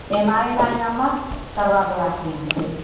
यह M I M I number करवा लो आकर यहाँ पर